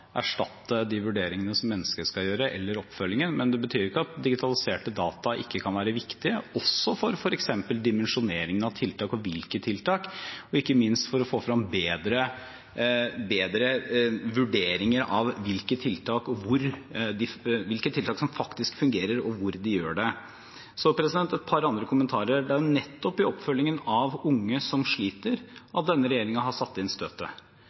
erstatte de vurderingene eller den oppfølgingen som mennesker skal gjøre, men det betyr ikke at digitaliserte data ikke kan være viktige for f.eks. dimensjoneringen av tiltak og hvilke tiltak, og ikke minst for å få frem bedre vurderinger av hvilke tiltak som faktisk fungerer, og hvor de gjør det. Så et par andre kommentarer. Det er nettopp i oppfølgingen av unge som sliter, denne regjeringen har satt inn